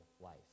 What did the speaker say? life